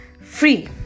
free